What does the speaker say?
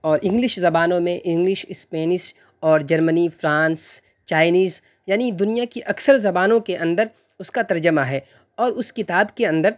اور انگلش زبانوں میں انگلش اسپینش اور جرمنی فرانس چائنیز یعنی دنیا کی اکثر زبانوں کے اندر اس کا ترجمہ ہے اور اس کتاب کے اندر